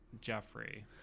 Jeffrey